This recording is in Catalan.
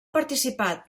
participat